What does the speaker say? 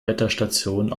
wetterstation